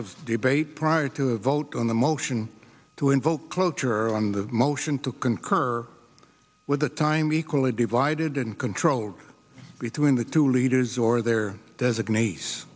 of debate prior to a vote on the motion to invoke cloture on the motion to concur with a time equally divided and controlled between the two leaders or their designate